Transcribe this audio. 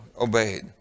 obeyed